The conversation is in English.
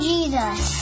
Jesus